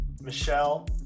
Michelle